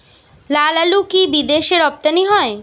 লালআলু কি বিদেশে রপ্তানি হয়?